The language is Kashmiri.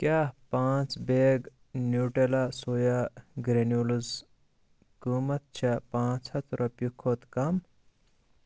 کیٛاہ پانٛژھ بیگ نیٛوٗٹلا سویا گرٛینٮ۪ولٕز قۭمتھ چھا پانٛژھ ہَتھ رۄپٮ۪و کھۄتہٕ کم